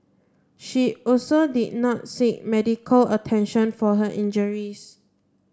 she also did not seek medical attention for her injuries